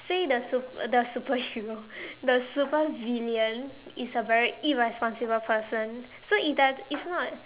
say the sup~ the superhero the supervillain is a very irresponsible person so it does it's not